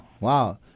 Wow